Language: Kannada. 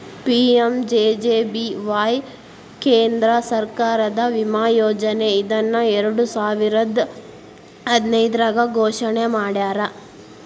ಪಿ.ಎಂ.ಜೆ.ಜೆ.ಬಿ.ವಾಯ್ ಕೇಂದ್ರ ಸರ್ಕಾರದ ವಿಮಾ ಯೋಜನೆ ಇದನ್ನ ಎರಡುಸಾವಿರದ್ ಹದಿನೈದ್ರಾಗ್ ಘೋಷಣೆ ಮಾಡ್ಯಾರ